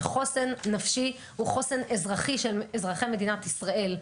שחוסן נפשי הוא חוסן אזרחי של אזרחי מדינת ישראל.